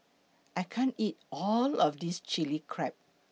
I can't eat All of This Chili Crab